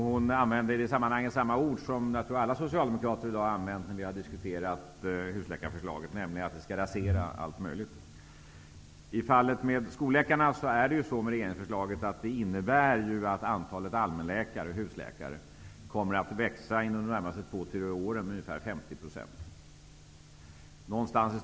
Hon använde i det sammanhanget ett ord som jag tror att alla socialdemokrater i dag har använt i diskussionen av husläkarförslaget, nämligen att förslaget kommer att rasera allt möjligt. Regeringsförslaget innebär att antalet allmänläkare, husläkare, under de närmaste två tre åren kommer att öka med ungefär 50 %.